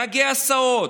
נהגי ההסעות,